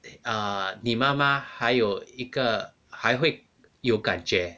err 你妈妈还有一个还会有感觉